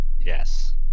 Yes